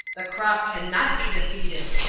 the cross cannot be defeated,